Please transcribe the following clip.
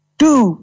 two